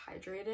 hydrated